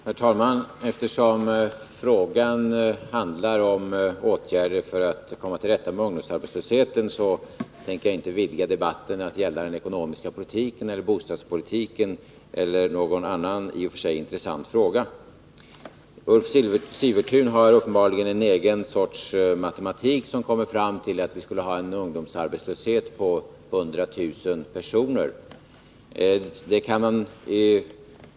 Herr talman! Eftersom frågan handlar om åtgärder för att komma till rätta med ungdomsarbetslösheten tänker jag inte vidga debatten till att gälla den ekonomiska politiken eller bostadspolitiken eller någon annan, i och för sig intressant fråga. Ulf Sivertun har uppenbarligen en egen sorts matematik när han kommer fram till att vi skulle ha en ungdomsarbetslöshet på 100 000 personer.